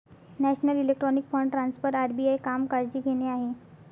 national electronic fund transfer RBI काम काळजी घेणे आहे